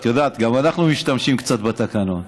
את יודעת, גם אנחנו משתמשים קצת בתקנון.